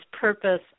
purpose